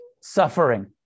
suffering